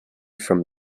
from